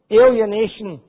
alienation